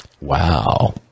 wow